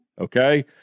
okay